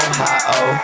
Ohio